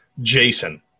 Jason